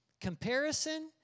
Comparison